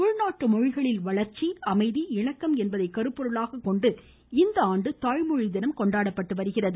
உள்நாட்டு மொழிகளில் வளர்ச்சி அமைதி இணக்கம் என்பதை கருப்பொருளாக கொண்டு இந்த ஆண்டு தாய்மொழி தினம் கொண்டாடப்பட்டு வருகிறது